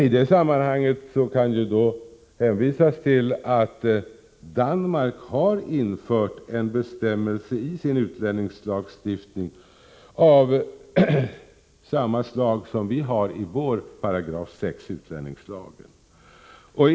I det sammanhanget kan jag hänvisa till Danmark. Där har man infört en bestämmelse i utlänningslagstiftningen som är av samma slag som den vi har i vår 6 § i utlänningslagen.